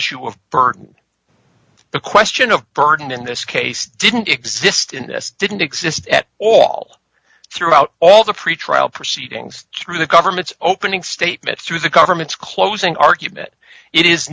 issue of birth the question of burden in this case didn't exist in this didn't exist at all throughout all the pretrial proceedings through the government's opening statements through the government's closing argument it is